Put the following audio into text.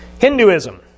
Hinduism